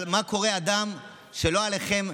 אבל מה קורה לגבי אדם, לא עליכם,